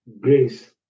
grace